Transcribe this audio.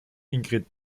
ingrid